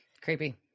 Creepy